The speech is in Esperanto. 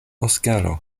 oskaro